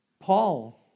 Paul